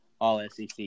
all-SEC